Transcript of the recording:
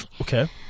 Okay